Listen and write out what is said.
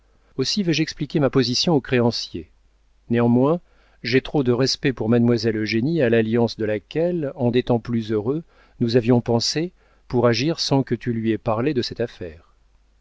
aussi vais-je expliquer ma position aux créanciers néanmoins j'ai trop de respect pour mademoiselle eugénie à l'alliance de laquelle en des temps plus heureux nous avions pensé pour agir sans que tu lui aies parlé de cette affaire